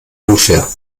unfair